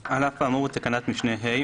(ה1) על אף האמור בתקנת משנה (ה),